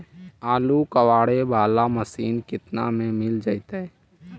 आलू कबाड़े बाला मशीन केतना में मिल जइतै?